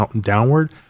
downward